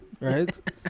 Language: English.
Right